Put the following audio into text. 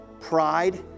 pride